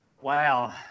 Wow